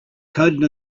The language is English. coded